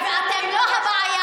אבל אתם לא הבעיה.